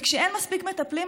וכשאין מספיק מטפלים,